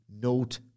note